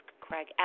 Craig